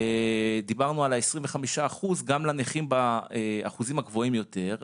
דיברנו על ה-25% גם לנכים באחוזים הגבוהים יותר,